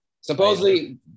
Supposedly